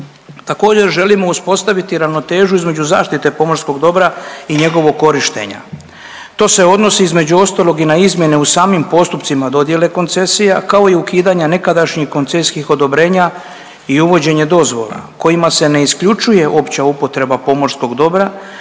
Također želimo uspostaviti ravnotežu između zaštite pomorskog dobra i njegovog korištenja. To se odnosi između ostalog i na izmjene u samim postupcima dodjele koncesija kao i ukidanja nekadašnjih koncesijskih odobrenja i uvođenje dozvola kojima se ne isključuje opća upotreba pomorskog dobra,